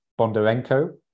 Bondarenko